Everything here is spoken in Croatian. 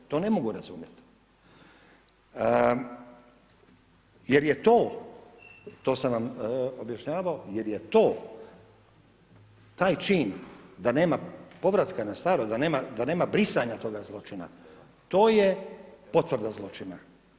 To ne mogu razumjeti jer je to, to sam vam objašnjavao, jer je to, taj čin da nema povratka na staro, da nema brisanja toga zločina, to je potvrda zločina.